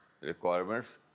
requirements